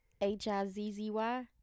H-I-Z-Z-Y